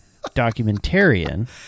documentarian